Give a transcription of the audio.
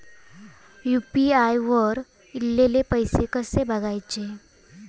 UPI वर ईलेले पैसे कसे बघायचे?